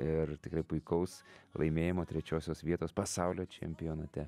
ir tikrai puikaus laimėjimo trečiosios vietos pasaulio čempionate